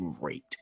great